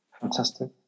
Fantastic